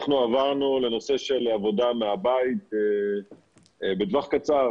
אנחנו עברנו לנושא של עבודה מהבית בטווח קצר,